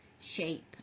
shape